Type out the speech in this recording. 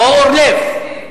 אורלב.